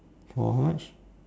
for how much